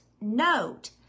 note